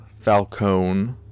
Falcone